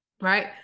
right